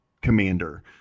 commander